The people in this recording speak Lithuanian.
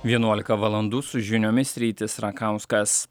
vienuolika valandų su žiniomis rytis rakauskas